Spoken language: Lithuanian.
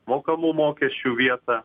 mokamų mokesčių vietą